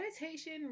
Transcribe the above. meditation